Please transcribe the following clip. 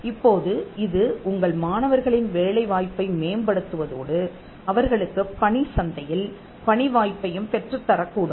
இப்போது இது உங்கள் மாணவர்களின் வேலை வாய்ப்பை மேம்படுத்துவதோடு அவர்களுக்குப் பணி சந்தையில் பணி வாய்ப்பையும் பெற்றுத் தரக்கூடும்